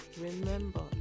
remember